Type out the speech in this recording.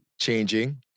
changing